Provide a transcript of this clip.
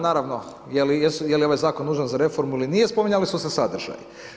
Naravno je li ovaj zakon nužan za reformu ili nije, spominjali su se sadržaji.